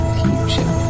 future